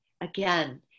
Again